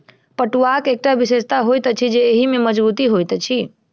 पटुआक एकटा विशेषता होइत अछि जे एहि मे मजगुती होइत अछि